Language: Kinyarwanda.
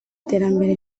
terambere